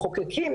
מחוקקים,